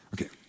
Okay